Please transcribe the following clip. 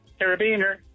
carabiner